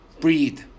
breathe